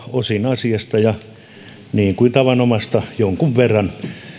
osin asiasta ja niin kuin tavanomaista jonkun verran